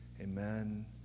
amen